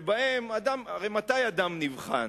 מתי אדם נבחן?